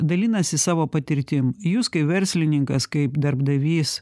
dalinasi savo patirtim jus kai verslininkas kaip darbdavys